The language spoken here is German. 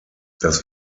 das